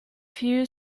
few